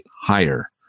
higher